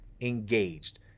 engaged